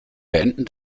beenden